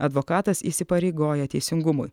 advokatas įsipareigoja teisingumui